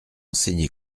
enseigné